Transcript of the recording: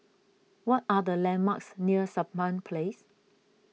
what are the landmarks near Sampan Place